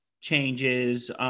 changes